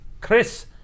Chris